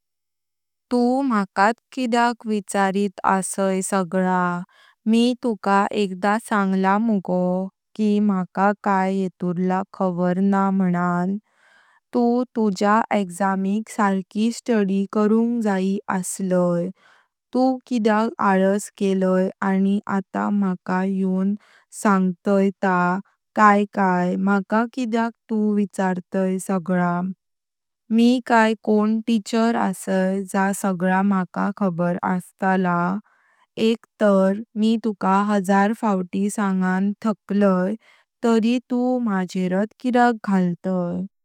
तू माकात किद्याक विचारित असई सगळा? मी तुका एकदा सांगला मुगो कि मका काय येतुरला खबर न्हा मनन। तू तुज्या एक्झामिक सारीके स्टडी करुंग जायी असलई। तू किद्याक आलस केलई आणि आता मका यों सांगतई ता काय काय मका किद्याक तू विचारतई सगळा। मी काय कोण टीचर असई जा सगळा मका खबर असतली। एक तार मी तुका हजार फौती सांगन आथखलई तारी तू मजारात किद्याक घालतई।